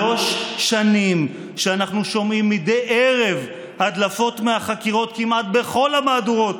שלוש שנים שאנחנו שומעים מדי ערב הדלפות מהחקירות כמעט בכל המהדורות,